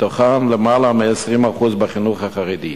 מתוכן למעלה מ-20% בחינוך החרדי.